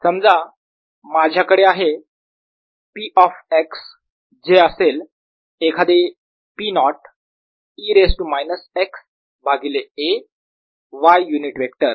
समजा माझ्याकडे आहे P ऑफ x जे असेल एखादे P naught E raise to minus x भागिले a y युनिट वेक्टर